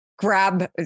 grab